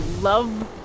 love